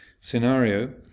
scenario